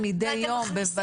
מדי יום.